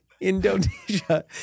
Indonesia